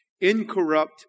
incorrupt